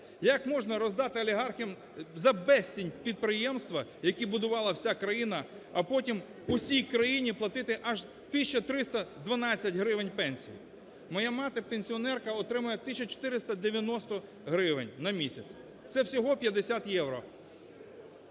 Як можна роздати олігархам за безцінь підприємства, які будувала вся країна, а потім усій країні платити аж 1312 гривень пенсії. Моя мати пенсіонерка отримує 1490 гривень на місяць – це всього 50 євро.